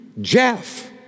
Jeff